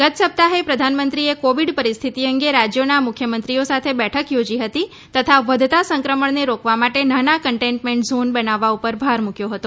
ગત સપ્તાહે પ્રધાનમંત્રીએ કોવિડ પરિસ્થિતિ અંગે રાજ્યોના મુખ્યમંત્રીઓ સાથે બેઠક થોજી હતી તથા વધતા સંક્રમણને રોકવા માટે નાના કન્ટેનમેન્ટ ઝોન બનાવવા ઉપર ભાર મુક્યો હતો